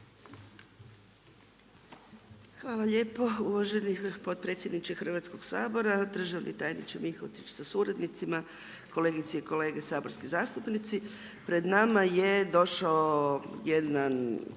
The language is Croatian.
Hvala lijepo uvaženi potpredsjedniče Hrvatskog sabora, državni tajniče Mihotić sa suradnicima, kolegice i kolege saborski zastupnici. Pred nama je došao jedan,